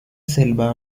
selva